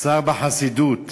שר בחסידות,